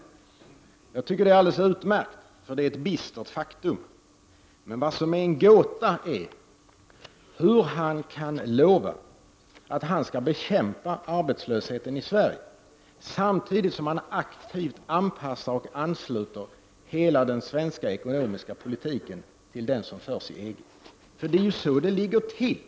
Jag tycker att det är alldeles utmärkt, för det är ett bistert faktum. Men vad = Prot. 1989/90:80 som är en gåta är hur han kan lova att han skall bekämpa arbetslösheten 7 mars 1990 i Sverige, samtidigt som han aktivt anpassar och ansluter hela den svenska : E Regeringsförklaring ekonomiska politiken till den som förs i EG. å Det är ju så det ligger till.